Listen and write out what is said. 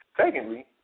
secondly